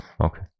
Okay